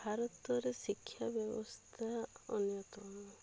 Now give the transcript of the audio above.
ଭାରତରେ ଶିକ୍ଷା ବ୍ୟବସ୍ଥା ଅନ୍ୟତମ